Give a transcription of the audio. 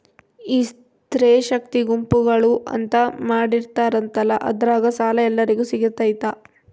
ಈ ಸ್ತ್ರೇ ಶಕ್ತಿ ಗುಂಪುಗಳು ಅಂತ ಮಾಡಿರ್ತಾರಂತಲ ಅದ್ರಾಗ ಸಾಲ ಎಲ್ಲರಿಗೂ ಸಿಗತೈತಾ?